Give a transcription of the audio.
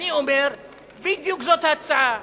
ואני אומר שבדיוק זאת ההצעה.